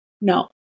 No